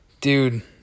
Dude